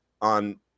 on